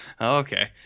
Okay